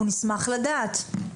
אנחנו נשמח לדעת.